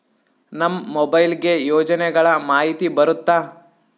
ನಮ್ ಮೊಬೈಲ್ ಗೆ ಯೋಜನೆ ಗಳಮಾಹಿತಿ ಬರುತ್ತ?